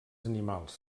animals